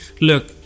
Look